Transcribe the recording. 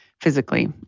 physically